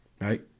right